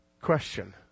Question